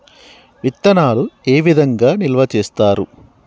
విత్తనాలు ఏ విధంగా నిల్వ చేస్తారు?